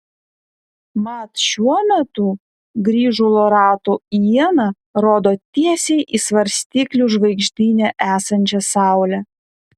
mat šiuo metu grįžulo ratų iena rodo tiesiai į svarstyklių žvaigždyne esančią saulę